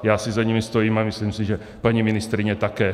Já si za nimi stojím a myslím si, že paní ministryně také.